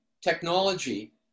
technology